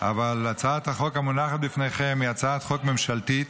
אבל הצעת החוק המונחת בפניכם היא הצעת חוק ממשלתית,